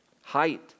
height